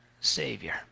Savior